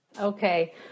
Okay